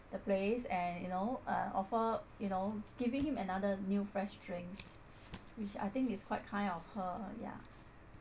the place and you know uh offer you know giving him another new fresh drinks which I think is quite kind of her ya